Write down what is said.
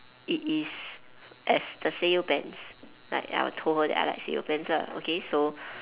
it is as the Sanyo pens like I will told her that I like Sanyo pens lah okay so